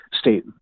state